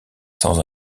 sans